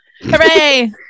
Hooray